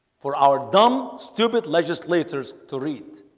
for our dumb stupid legislators to read